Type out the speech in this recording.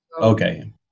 Okay